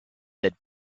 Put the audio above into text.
that